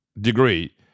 degree